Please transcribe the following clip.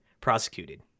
prosecuted